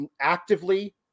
actively